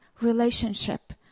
relationship